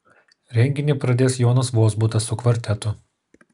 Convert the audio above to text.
renginį pradės jonas vozbutas su kvartetu